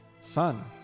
Son